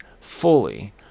fully